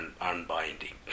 unbinding